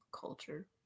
culture